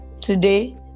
today